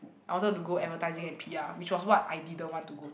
I wanted to go advertising and p_r which was what I didn't want to go